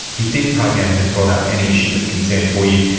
if this program has brought up any issues of concern for you,